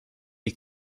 les